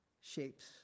shapes